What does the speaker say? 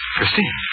Christine